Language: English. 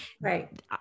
right